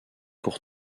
pour